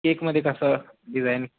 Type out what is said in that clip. केकमध्ये कसं डिझाईन